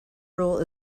rule